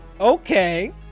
okay